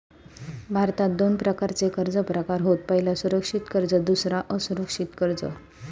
भारतात दोन प्रकारचे कर्ज प्रकार होत पह्यला सुरक्षित कर्ज दुसरा असुरक्षित कर्ज